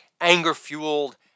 anger-fueled